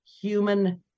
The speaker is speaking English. human